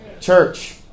Church